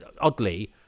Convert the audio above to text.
oddly